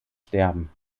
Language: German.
sterben